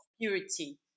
purity